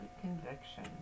conviction